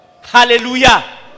Hallelujah